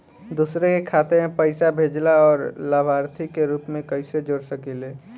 दूसरे के खाता में पइसा भेजेला और लभार्थी के रूप में कइसे जोड़ सकिले?